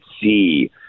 see